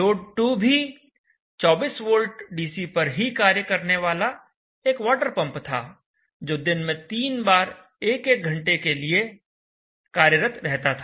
load 2 भी 24 V DC पर ही कार्य करने वाला एक वाटर पंप था जो दिन में तीन बार 1 1 घंटे के लिए कार्यरत रहता था